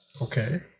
okay